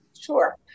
Sure